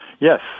Yes